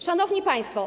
Szanowni Państwo!